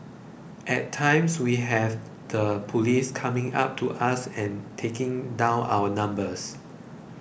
at times we have the police coming up to us and taking down our numbers